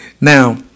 Now